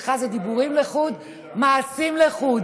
אצלך זה דיבורים לחוד ומעשים לחוד.